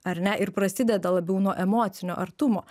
ar ne ir prasideda labiau nuo emocinio artumo